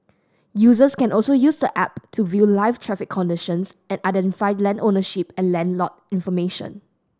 users can also use the app to view live traffic conditions and identify land ownership and land lot information